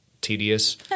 tedious